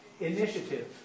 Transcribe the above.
initiative